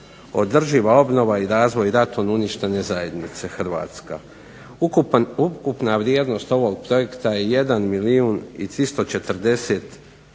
održiva obnova i razvoj ratom uništene zajednice Hrvatske". Ukupna vrijednost ovog projekta je 1 milijun i 340 tisuća